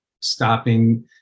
stopping